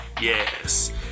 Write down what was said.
Yes